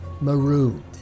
Marooned